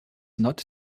not